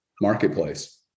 marketplace